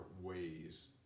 ways